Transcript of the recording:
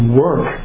work